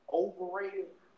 overrated